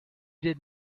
did